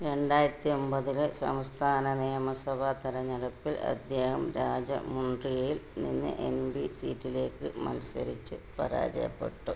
രണ്ടായിരത്തി ഒമ്പതിലെ സംസ്ഥാന നിയമസഭാ തിരഞ്ഞെടുപ്പ് അദ്ദേഹം രാജമുണ്ട്രിയിൽ നിന്ന് എം പി സീറ്റിലേക്ക് മത്സരിച്ച് പരാജയപ്പെട്ടു